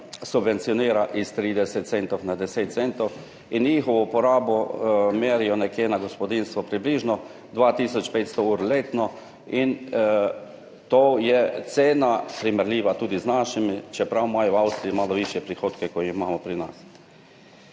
subvencionira iz 30 centov na 10 centov in njihovo porabo merijo na gospodinjstvo približno 2500 ur letno in to je cena, primerljiva tudi z našimi, čeprav imajo v Avstriji malo višje prihodke, kot jih imamo pri nas.